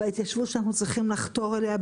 וההתיישבות שאנחנו צריכים לחתור אליה,